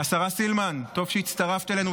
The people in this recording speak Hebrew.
השרה סילמן, טוב שהצטרפת אלינו.